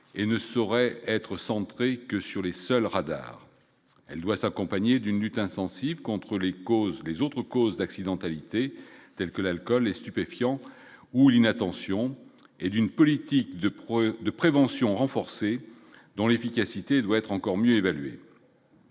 et ne saurait être centrée que sur les seuls radars, elle doit s'accompagner d'une lutte intensive contre les causes, les autres causes d'accidentalité tels que l'alcool, les stupéfiants ou l'inattention et d'une politique de progrès de prévention renforcée dans l'efficacité doit être encore mieux évaluer.